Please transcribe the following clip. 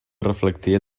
reflectia